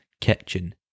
kitchen